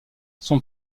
son